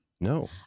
No